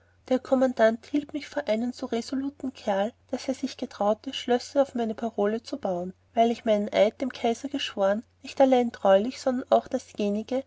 der kommandant hielt mich vor einen so resoluten kerl daß er auch getraute schlösser auf meine parole zu bauen weil ich meinen eid dem kaiser geschworen nicht allein treulich sondern auch dasjenige